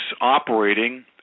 operating